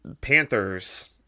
Panthers